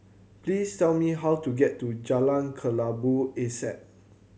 please tell me how to get to Jalan Kelabu Asap